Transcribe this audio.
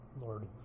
lord